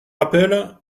rappelle